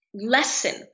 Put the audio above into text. lesson